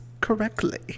correctly